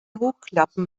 hochklappen